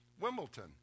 Wimbledon